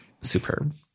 superb